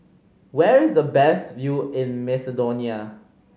where is the best view in Macedonia